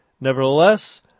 Nevertheless